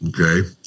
Okay